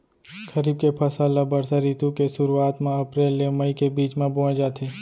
खरीफ के फसल ला बरसा रितु के सुरुवात मा अप्रेल ले मई के बीच मा बोए जाथे